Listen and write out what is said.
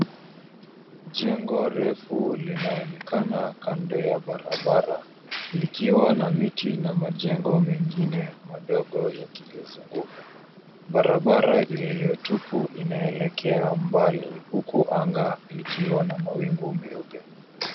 Jengo refu linaonekana kando ya barabara likiwa na miti na majengo mengine madogo yakilizunguka. Barabara iliyo tupu inaelekea mbali huku anga likiwa na mawingu meupe.